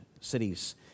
cities